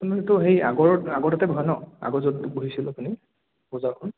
আপুনিটো সেই আগৰ আগৰ তাতে বহে ন আগৰ য'ত বহিছিল আপুনি বজাৰখন